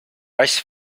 rice